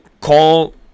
call